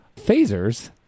phasers